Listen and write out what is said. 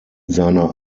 seiner